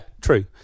true